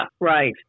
right